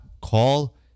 call